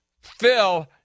Phil